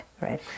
right